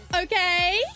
okay